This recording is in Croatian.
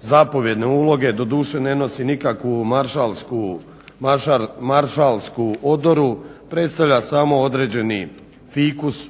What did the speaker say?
zapovjedne uloge doduše ne nosi nikakvu maršalsku odoru, predstavlja samo određeni fikus